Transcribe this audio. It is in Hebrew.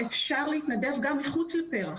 אפשר להתנדב גם מחוץ לפר"ח,